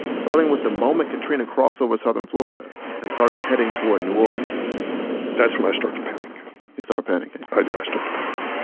starting with the moment katrina crossed over southern florida and started heading toward new orleans that's when i start to panic you start panicking? i do. i start to panic.